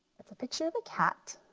it's a picture of a cat